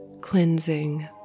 cleansing